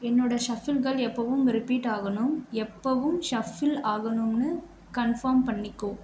என்னோட ஷஃபிள்கள் எப்பவும் ரிப்பீட் ஆகணும் எப்பவும் ஷஃபிள் ஆகணும்னு கன்ஃபார்ம் பண்ணிக்கோ